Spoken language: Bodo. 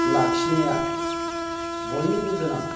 लाखिनाया बयनिबो गोनां